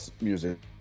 music